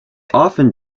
often